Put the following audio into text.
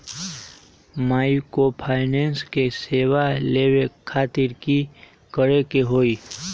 Microfinance के सेवा लेबे खातीर की करे के होई?